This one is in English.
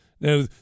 Now